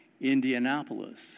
Indianapolis